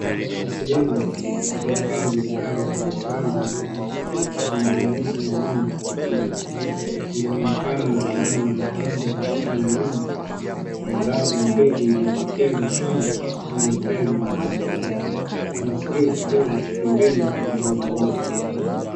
Ni sehemu ya upande wa gari lenye rangi ya samawati. Ina maandishi maalum ya kipekee. Ina mwinekano wa zamani na mapambo ya chuma na miraba midogo iliyoelekezwa juu upande wa mbele wa mlango. Kuna kioo kidogo cha pembeni kilichoegemea.